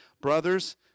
Brothers